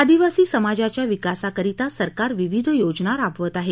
आदिवासी समाजाच्या विकासाकरिता सरकार विविध योजना राबवित आहे